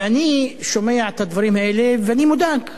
ואני שומע את הדברים האלה ואני מודאג.